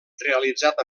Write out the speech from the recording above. realitzat